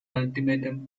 ultimatum